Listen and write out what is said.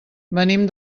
venim